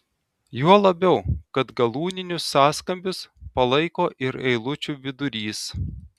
juo labiau kad galūninius sąskambius palaiko ir eilučių vidurys